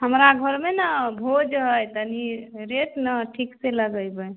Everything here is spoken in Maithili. हमरा घरमे ने भोज हइ तनी रेट ने ठीकसँ लगेबै